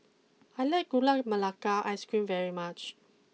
I like Gula Melaka Ice cream very much